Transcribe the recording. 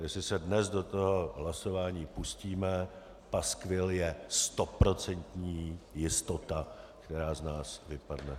Jestli se dnes do toho hlasování pustíme, paskvil je stoprocentní jistota, která z nás vypadne.